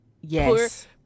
Yes